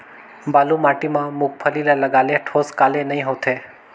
बालू माटी मा मुंगफली ला लगाले ठोस काले नइ होथे?